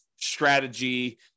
strategy